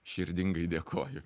širdingai dėkoju